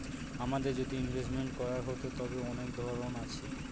আমাদের যদি ইনভেস্টমেন্ট করার হতো, তবে অনেক ধরন আছে